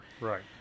Right